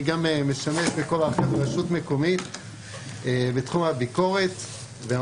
אני משמש גם כ --- ברשות מקומית בתחום הביקורת ואני